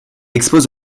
expose